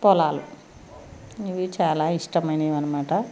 పొలాలు ఇవి చాలా ఇష్టమైనవి అన్నమాట